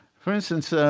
for instance,